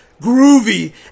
Groovy